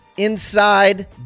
inside